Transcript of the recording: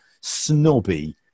snobby